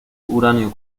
uranio